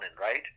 right